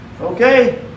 Okay